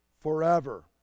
forever